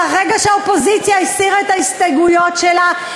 מהרגע שהאופוזיציה הסירה את ההסתייגויות שלה,